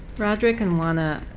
roderick and uwana,